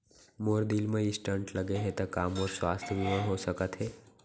मोर दिल मा स्टन्ट लगे हे ता का मोर स्वास्थ बीमा हो सकत हे?